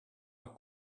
are